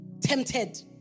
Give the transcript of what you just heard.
tempted